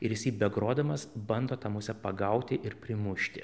ir jis jį begrodamas bando tą musę pagauti ir primušti